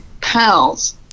pals